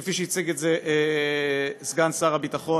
כפי שהציג את זה סגן שר הביטחון,